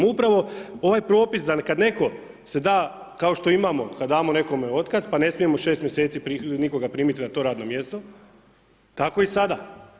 Upravo ovaj propis da kada netko se da kao što imamo kada damo nekome otkaz, pa ne smijemo 6 mjeseci nikoga primiti na to radno mjesto, tako i sada.